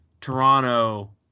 Toronto